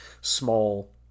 small